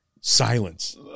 silence